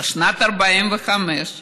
בשנת 1945,